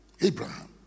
Abraham